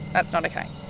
that's not okay.